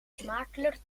smakelijk